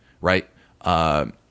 right